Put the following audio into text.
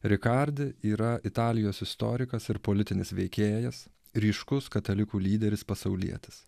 rikardai yra italijos istorikas ir politinis veikėjas ryškus katalikų lyderis pasaulietis